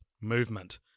movement